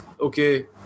Okay